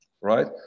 right